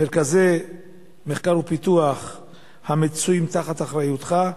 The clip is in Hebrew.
מרכזי מחקר ופיתוח מצויים תחת אחריותך.